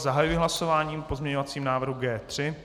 Zahajuji hlasování o pozměňovacím návrhu G3.